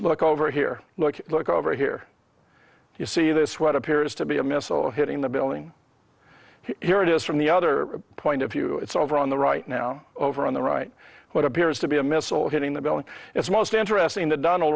look over here look look over here you see this what appears to be a missile hitting the building here it is from the other point of view it's over on the right now over on the right what appears to be a missile hitting the building it's most interesting that donald